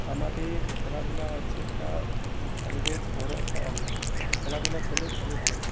আমাদের খেলাধুলা হচ্ছে একটা শরীরের বড়ো একটা অঙ্গ খেলাধুলা করলে শরীর ভালো থাকবে